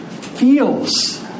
feels